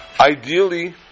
Ideally